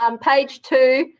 um page two,